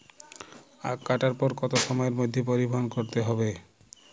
আখ কাটার পর কত সময়ের মধ্যে পরিবহন করতে হবে?